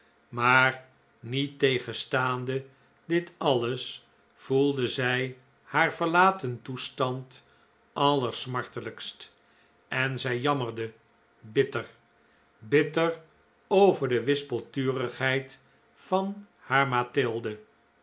maar niettegenstaande dit alles voelde zij haar verlaten toestand allersmartelijkst en zij jammerde bitter bitter over de wispelturigheid van haar